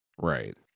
right